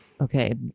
Okay